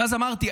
ואז אמרתי,